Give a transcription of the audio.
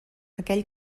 aquell